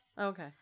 okay